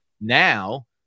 Now